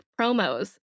promos